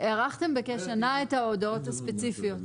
הערכתם בכשנה את ההודעות הספציפיות.